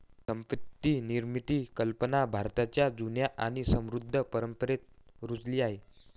संपत्ती निर्मितीची कल्पना भारताच्या जुन्या आणि समृद्ध परंपरेत रुजलेली आहे